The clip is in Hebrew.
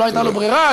לא הייתה לו ברירה,